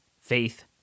faith